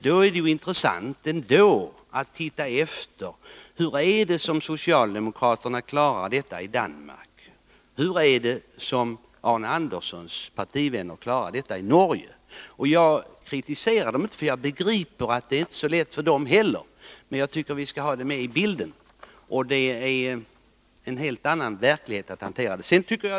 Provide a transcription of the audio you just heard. Av den anledningen tyckte jag att det var intressant att se hur socialdemokraterna klarar problemen i Danmark och hur Arne Anderssons i Ljung partivänner klarar problemen i Norge. Jag kritiserar inte dessa regeringar — jag förstår att det inte är så lätt för dem heller — men jag tycker att vi skall ha med dem i bilden.